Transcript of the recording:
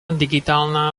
digitálna